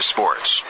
Sports